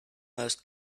most